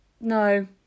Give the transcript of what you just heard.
No